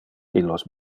illos